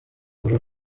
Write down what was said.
uru